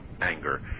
anger